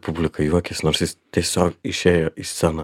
publika juokias nors jis tiesiog išėjo į sceną